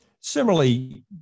Similarly